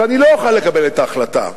שאני לא אוכל לקבל את ההחלטה,